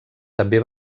també